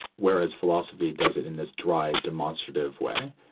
whereas philosophy does it in this dry, demonstrative way.